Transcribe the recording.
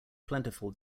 plentiful